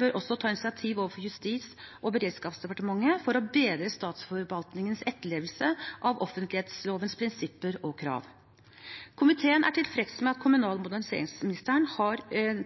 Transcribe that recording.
bør også ta initiativ overfor Justis- og beredskapsdepartementet for å bedre statsforvaltningens etterlevelse av offentlighetslovens prinsipper og krav. Komiteen er tilfreds med at kommunal- og moderniseringsministeren